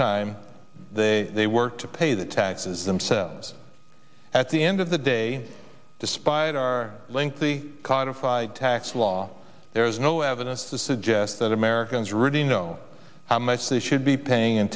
time they work to pay the taxes themselves at the end of the day despite our lengthy codified tax law there's no evidence to suggest that americans really know how much they should be paying